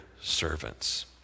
servants